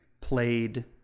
played